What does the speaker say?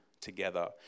together